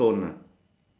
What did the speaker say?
north beach ah